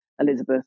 Elizabeth